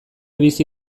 bizi